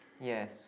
Yes